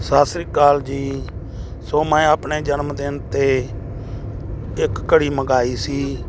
ਸਤਿ ਸ਼੍ਰੀ ਅਕਾਲ ਜੀ ਸੋ ਮੈਂ ਆਪਣੇ ਜਨਮ ਦਿਨ 'ਤੇ ਇੱਕ ਘੜੀ ਮੰਗਵਾਈ ਸੀ